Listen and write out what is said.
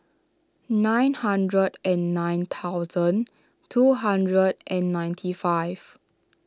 nine hundred and nine thousand two hundred and ninety five